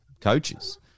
coaches